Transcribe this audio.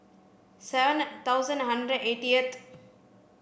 seven thousand hundred eightieth